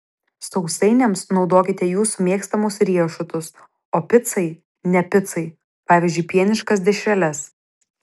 sausainiams naudokite jūsų mėgstamus riešutus o picai ne picai pavyzdžiui pieniškas dešreles